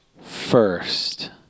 first